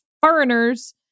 foreigners